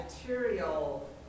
material